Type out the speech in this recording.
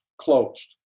closed